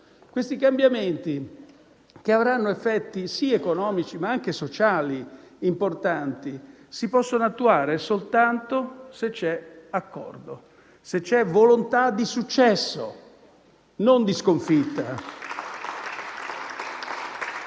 No. I cambiamenti avranno effetti certamente economici ma anche sociali importanti, e si possono attuare soltanto se c'è accordo, se c'è volontà di successo, non di sconfitta.